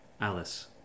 Alice